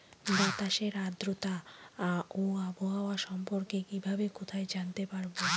বাতাসের আর্দ্রতা ও আবহাওয়া সম্পর্কে কিভাবে কোথায় জানতে পারবো?